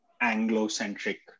Anglo-centric